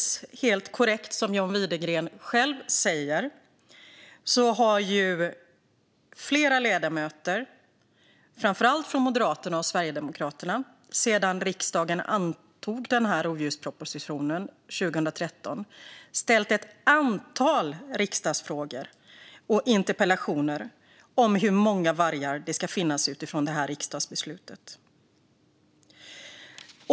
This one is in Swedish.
Som John Widegren själv helt korrekt säger har flera ledamöter, framför allt från Moderaterna och Sverigedemokraterna, sedan riksdagen antog rovdjurspropositionen 2013 ställt ett antal riksdagsfrågor och interpellationer om hur många vargar det ska finnas utifrån detta riksdagsbeslut.